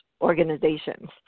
organizations